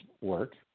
work